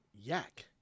Yak